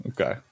Okay